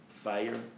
Fire